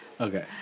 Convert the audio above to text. Okay